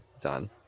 done